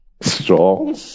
strong